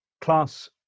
class